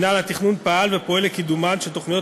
מינהל התכנון פעל ופועל לקידומן של תוכניות